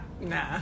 nah